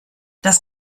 das